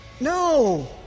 No